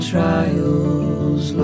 trials